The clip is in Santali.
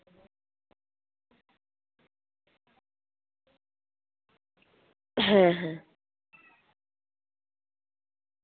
ᱦᱮᱸ ᱦᱮᱸ